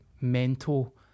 mental